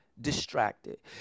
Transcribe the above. distracted